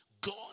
God